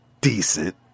decent